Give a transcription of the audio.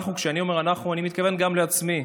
כשאני אומר "אנחנו" אני מתכוון גם לעצמי,